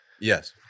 Yes